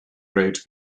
rate